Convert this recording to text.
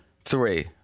three